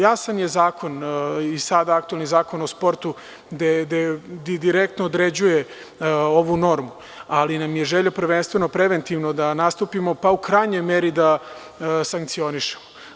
Jasan je zakon, sada aktuelni Zakon o sportu, gde direktno određujete ovu normu, ali nam je želja prvenstveno preventivno da nastupimo, pa u krajnjoj meri da sankcionišemo.